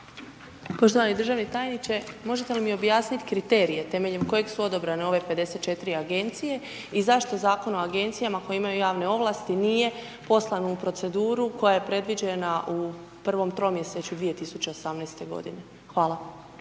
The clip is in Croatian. Poštovani državni tajniče, možete li mi objasniti kriterije temeljem kojeg su odabrane ove 54 Agencije i zašto Zakon o Agencijama koje imaju javne ovlasti, nije poslan u proceduru koja je predviđena u prvom tromjesečju 2018. godine, hvala.